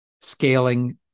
scaling